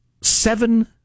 Seven